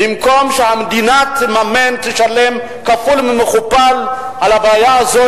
ובמקום שהמדינה תממן ותשלם כפול ומכופל על הבעיה הזאת,